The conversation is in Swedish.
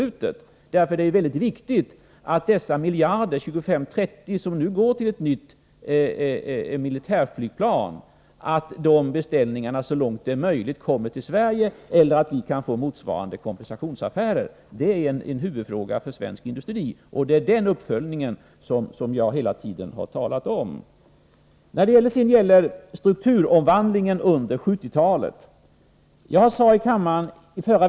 Det är ju viktigt att beställningarna för de 25-30 miljarder som nu går till ett nytt militärflygplan så långt möjligt hamnar i Sverige eller att vi kan få motsvarande kompensationsaffärer. Det är en huvudfråga för svensk industri, och det är den uppföljningen jag hela tiden har talat om. Så till strukturomvandlingen under 1970-talet.